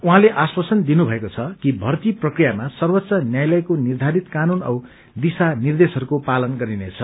उहौँले आश्वासन दिनुभएको छ कि भर्ती प्रक्रियामा सर्वोच्च न्यायालयद्वारा निर्धारित कानून औ दिशानिर्देशहरूको पालन गरिनेछ